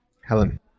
helen